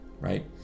right